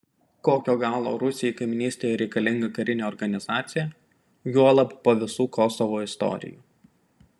kokio galo rusijai kaimynystėje reikalinga karinė organizacija juolab po visų kosovo istorijų